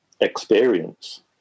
experience